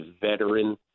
veteran